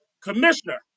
Commissioner